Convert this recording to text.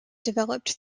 developed